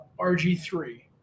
RG3